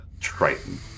Triton